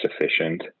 sufficient